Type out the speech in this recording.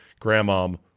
grandmom